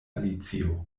alicio